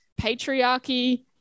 patriarchy